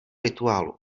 rituálu